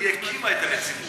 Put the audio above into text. היא הקימה את הנציבות.